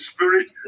Spirit